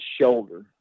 shoulder